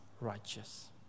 righteous